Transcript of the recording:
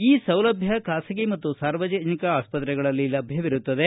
ಈ ಸೌಲಭ್ಯ ಖಾಸಗಿ ಮತ್ತು ಸಾರ್ವಜನಿಕ ಆಸ್ಪತ್ರೆಗಳಲ್ಲಿ ಲಭ್ಯವಿರುತ್ತದೆ